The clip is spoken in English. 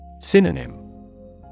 Synonym